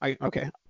okay